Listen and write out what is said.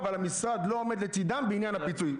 אבל המשרד לא עומד לצדם בעניין הפיצוי.